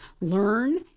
learn